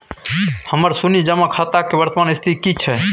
हमर शुन्य जमा खाता के वर्तमान स्थिति की छै?